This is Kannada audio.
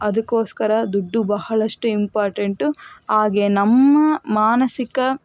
ಅದಕ್ಕೋಸ್ಕರ ದುಡ್ಡು ಬಹಳಷ್ಟು ಇಂಪಾರ್ಟೆಂಟು ಹಾಗೆ ನಮ್ಮ ಮಾನಸಿಕ